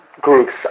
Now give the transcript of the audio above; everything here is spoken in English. groups